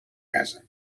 casa